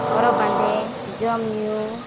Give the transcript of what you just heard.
ᱦᱚᱨᱚᱜ ᱵᱟᱸᱫᱮ ᱡᱚᱢᱼᱧᱩ